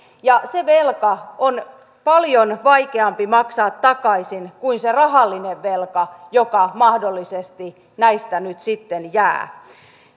ja se velka on paljon vaikeampi maksaa takaisin kuin se rahallinen velka joka mahdollisesti näistä nyt sitten jää